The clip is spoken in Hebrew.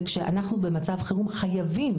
וכשאנחנו במצב חירום חייבים,